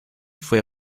fue